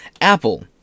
Apple